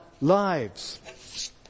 lives